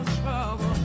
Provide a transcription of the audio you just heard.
trouble